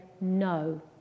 no